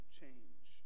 change